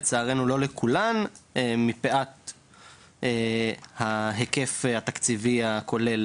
לצערנו, לא לכולן מפאת ההיקף התקציבי הכולל